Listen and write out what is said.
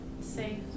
Safe